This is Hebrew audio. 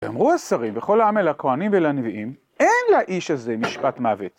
ואמרו השרים וכל העם אל הכהנים ואל הנביאים, אין לאיש הזה משפט מוות.